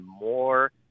more